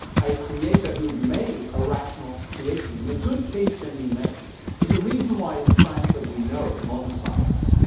a creator who'd made a rational creation. and a good case can be made that the reason why science as we know it, modern science,